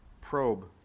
probe